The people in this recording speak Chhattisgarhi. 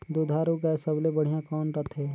दुधारू गाय सबले बढ़िया कौन रथे?